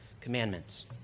commandments